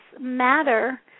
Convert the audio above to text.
matter